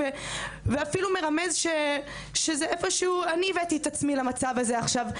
ואפילו מרמז שאיפשהו אני הבאתי את עצמי למצב הזה עכשיו,